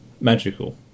magical